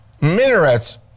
minarets